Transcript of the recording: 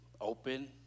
open